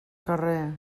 carrer